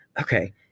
okay